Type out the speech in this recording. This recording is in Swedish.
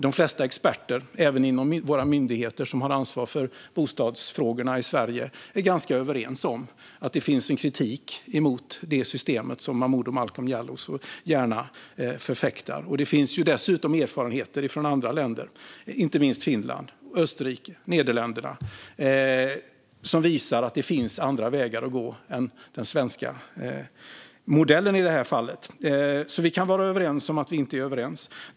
De flesta experter, även inom våra myndigheter som har ansvar för bostadsfrågorna i Sverige, är ganska överens om att det finns en kritik mot det system som Momodou Malcolm Jallow så gärna förfäktar. Det finns dessutom erfarenheter från andra länder, inte minst Finland, Österrike och Nederländerna, som visar att det finns andra vägar att gå än den svenska modellen i det här fallet. Vi kan alltså vara överens om att vi inte är överens.